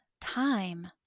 time